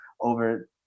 over